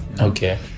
Okay